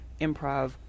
improv